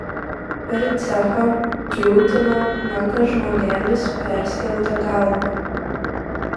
per cechą kiūtino menkas žmogelis perskelta galva